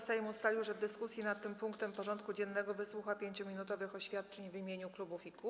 Sejm ustalił, że w dyskusji nad tym punktem porządku dziennego wysłucha 5-minutowych oświadczeń w imieniu klubów i koła.